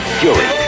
fury